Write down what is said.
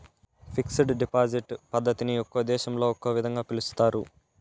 fixed deposit పద్ధతిని ఒక్కో దేశంలో ఒక్కో విధంగా పిలుస్తారు